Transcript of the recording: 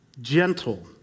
gentle